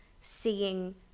seeing